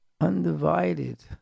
undivided